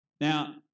Now